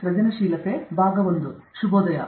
ಸರಿ ಶುಭೋದಯ